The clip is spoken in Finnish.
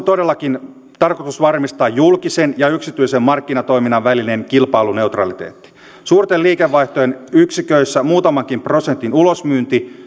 todellakin tarkoitus varmistaa julkisen ja yksityisen markkinatoiminnan välinen kilpailuneutraliteetti suurten liikevaihtojen yksiköissä muutamankin prosentin ulosmyynti